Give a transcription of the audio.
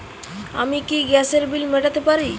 আমি কি গ্যাসের বিল মেটাতে পারি?